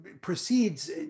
proceeds